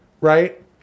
right